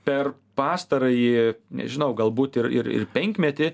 per pastarąjį nežinau galbūt ir ir ir penkmetį